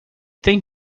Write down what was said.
tem